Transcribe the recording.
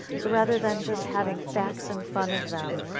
so rather than just having facts in front of them,